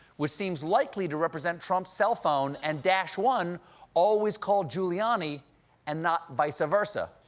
which seems likely to represent trump's cellphone, and dash one always called giuliani and not vice versa.